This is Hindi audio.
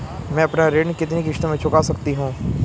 मैं अपना ऋण कितनी किश्तों में चुका सकती हूँ?